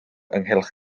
ynghylch